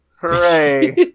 Hooray